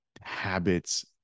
habits